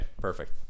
Perfect